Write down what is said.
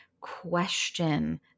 question